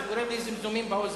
זה גורם לי זמזומים באוזן.